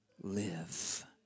live